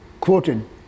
quoted